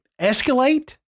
Escalate